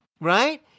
right